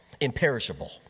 imperishable